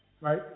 right